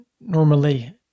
normally